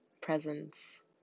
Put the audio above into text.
presence